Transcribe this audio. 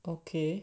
okay